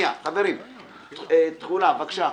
תחילה, בבקשה.